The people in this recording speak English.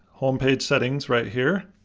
homepage settings right here.